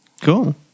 Cool